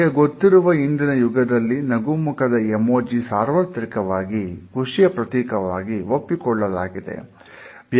ನಮಗೆ ಗೊತ್ತಿರುವ ಇಂದಿನ ಯುಗದಲ್ಲಿ ನಗುಮುಖದ ಎಮೋಜಿ ಸಾರ್ವತ್ರಿಕವಾಗಿ ಖುಷಿಯ ಪ್ರತೀಕವಾಗಿ ಒಪ್ಪಿಕೊಳ್ಳಲಾಗಿದೆ